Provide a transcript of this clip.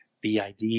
BID